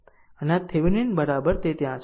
અને આ થિવેનિન બરાબર તે ત્યાં છે